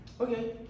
Okay